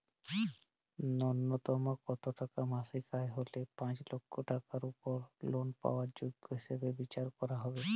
ন্যুনতম কত টাকা মাসিক আয় হলে পাঁচ লক্ষ টাকার উপর লোন পাওয়ার যোগ্য হিসেবে বিচার করা হবে?